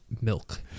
milk